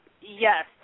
yes